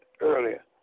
earlier